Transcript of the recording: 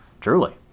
Truly